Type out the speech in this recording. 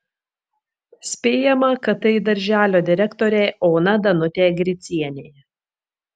spėjama kad tai darželio direktorė ona danutė gricienė